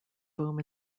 boom